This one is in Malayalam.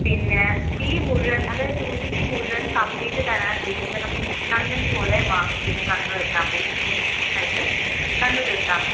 പിന്നെ ഫീ മുഴുവൻ അതായത് ട്യൂഷൻ ഫീ മുഴുവൻ കംപ്ലീറ്റ് തരാനില്ലെങ്കിൽ നമ്മൾ ഇൻസ്റ്റാൾമെൻറ്റ് പോലെ വാങ്ങും പിന്നെ തന്ന് തീർത്താൽ മതി ഒരു മൂന്ന് ഇതായിട്ട് തന്ന് തീർത്താൽ മതി